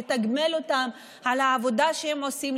לתגמל אותם על העבודה שהם עושים,